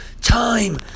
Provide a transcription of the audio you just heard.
time